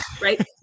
Right